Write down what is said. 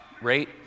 rate